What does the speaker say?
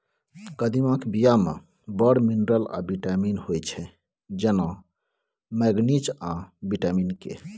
कदीमाक बीया मे बड़ मिनरल आ बिटामिन होइ छै जेना मैगनीज आ बिटामिन के